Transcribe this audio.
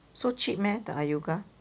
so cheap meh the Iuiga